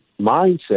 mindset